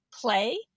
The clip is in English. play